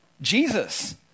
Jesus